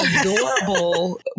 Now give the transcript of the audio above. adorable